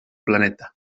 planeta